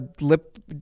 lip